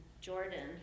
Jordan